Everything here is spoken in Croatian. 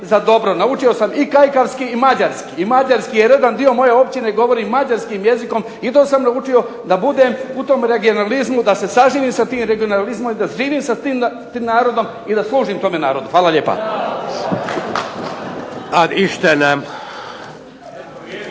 za dobro. Naučio sam i kajkavski i mađarski, i mađarski jer jedan dio moje općine govori mađarski jezikom i to sam naučio da budem u tom regionalizmu, da se saživim sa tim regionalizmom i da živim s tim narodom i da služim tome narodu. Hvala lijepa. **Šeks,